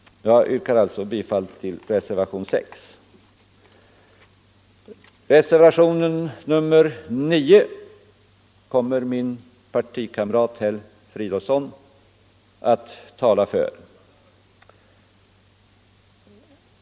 Jag yrkar alltså bifall till reservationen 6. Reservationen 9 kommer min partikamrat herr Fridolfsson att tala för.